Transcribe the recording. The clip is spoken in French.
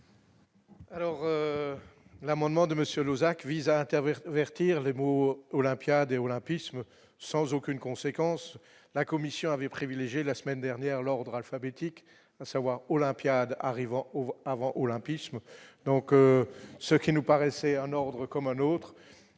l'amendement de monsieur Lozach VISA interverti avertir les mots olympiades et olympisme sans aucune conséquence, la Commission avait privilégié la semaine dernière l'ordre alphabétique, à savoir Olympiades arrivant au avant olympisme donc ce qui nous paraissait un ordre comme un autre,